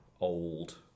old